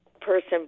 person